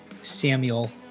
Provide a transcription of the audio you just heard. Samuel